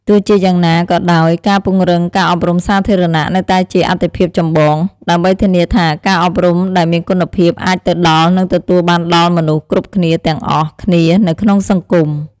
ទោះជាយ៉ាងណាក៏ដោយ ការពង្រឹងការអប់រំសាធារណៈនៅតែជាអាទិភាពចម្បង ដើម្បីធានាថាការអប់រំដែលមានគុណភាពអាចទៅដល់ និងទទួលបានដល់មនស្សគ្រប់គ្នាទាំងអស់គ្នានៅក្នុងសង្គម។